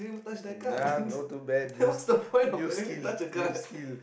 nah not too bad new new skill new skill